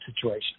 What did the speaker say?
situation